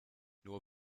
nur